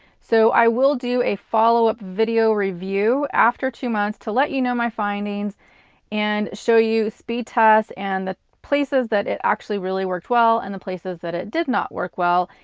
so i will do a follow-up video review after two months to let you know my findings and show you speed tests and the places that it actually really worked well, and the places that it did not work well.